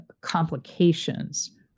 complications